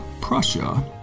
Prussia